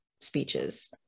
speeches